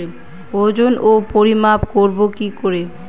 ওজন ও পরিমাপ করব কি করে?